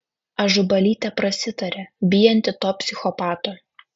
ažubalytė prasitarė bijanti to psichopato